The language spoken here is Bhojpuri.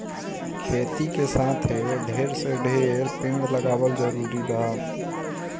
खेती के साथे ढेर से ढेर पेड़ लगावल जरूरी बा